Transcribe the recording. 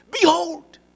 Behold